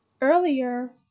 Earlier